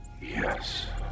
Yes